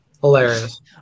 Hilarious